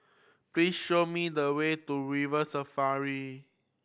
please show me the way to River Safari